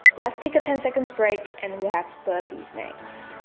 let's take a ten seconds break and we have burpees next